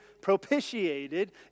propitiated